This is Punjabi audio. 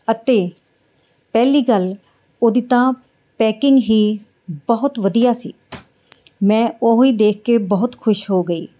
ਅਤੇ ਪਹਿਲੀ ਗੱਲ ਉਹਦੀ ਤਾਂ ਪੈਕਿੰਗ ਹੀ ਬਹੁਤ ਵਧੀਆ ਸੀ ਮੈਂ ਉਹੀ ਦੇਖ ਕੇ ਬਹੁਤ ਖੁਸ਼ ਹੋ ਗਈ